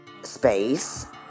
space